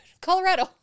Colorado